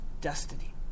destiny